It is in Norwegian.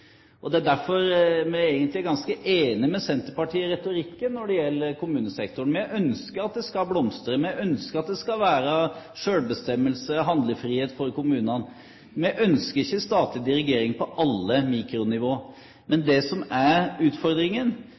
Det er derfor vi egentlig er ganske enige med Senterpartiet i retorikken når det gjelder kommunesektoren. Vi ønsker at det skal blomstre, vi ønsker at det skal være selvbestemmelse og handlefrihet for kommunene. Vi ønsker ikke statlig dirigering på alle mikronivå. Men det som er utfordringen,